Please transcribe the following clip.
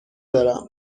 دارم